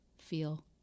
feel